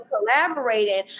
collaborating